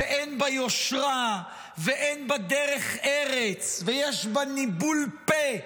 שאין בה יושרה ואין בה דרך ארץ, ויש בה ניבול פה,